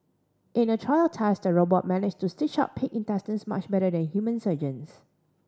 in a trial test the robot managed to stitch up pig intestines much better than human surgeons